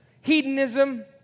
hedonism